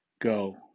Go